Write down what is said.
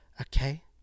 Okay